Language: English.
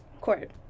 court